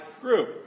group